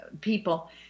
people